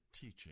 teaching